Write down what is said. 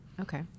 okay